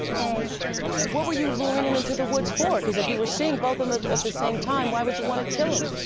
and and what were you luring him into the woods for? because if you were seeing both of them ah at the same time, why would you want to kill them?